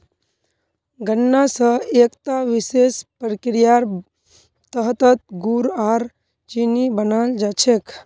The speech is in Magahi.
गन्ना स एकता विशेष प्रक्रियार तहतत गुड़ आर चीनी बनाल जा छेक